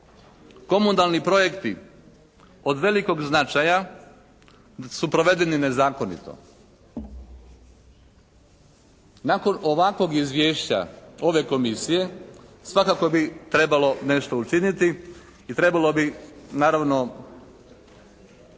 komunalni projekti od velikog značaja su provedeni nezakonito. Nakon ovakvog izvješća ove Komisije svakako bi trebalo nešto učiniti i trebalo bi naravno vidjeti